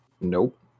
Nope